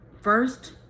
first